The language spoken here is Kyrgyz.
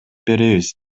беребиз